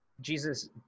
jesus